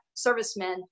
servicemen